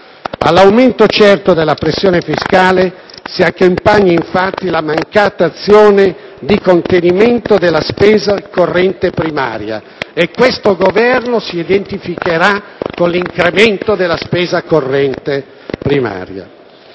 All'aumento certo della pressione fiscale si accompagna, infatti, la mancata azione di contenimento della spesa corrente primaria (e questo Governo si identificherà con l'incremento della spesa corrente primaria).